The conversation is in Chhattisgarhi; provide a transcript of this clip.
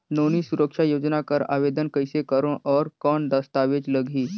नोनी सुरक्षा योजना कर आवेदन कइसे करो? और कौन दस्तावेज लगही?